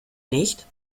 nicht